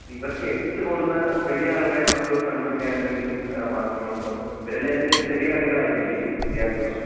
ഇവർക്ക് എത്തിച്ച് കൊടുക്കുന്ന വലിയാൾക്കാരേ നമുക്ക് കണ്ട് പിടിക്കാനെന്തെങ്കിലും വേറേ മാർഗങ്ങൾ ഉണ്ടോ ഇവരെല്ലാം ഇതിൻ്റെ ഒരു ചെറിയ കണ്ണികൾ ആയിരിക്കും അല്ലേ ഈ വിദ്യാർത്ഥികളൊക്കെ